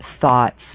thoughts